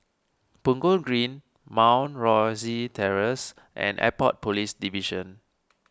Punggol Green Mount Rosie Terrace and Airport Police Division